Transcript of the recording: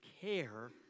care